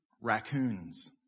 raccoons